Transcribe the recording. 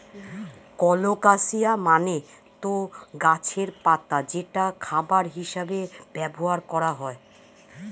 colocasia মানে তো গাছের পাতা যেটা খাবার হিসেবে ব্যবহার করা হয়